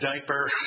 diaper